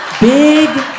big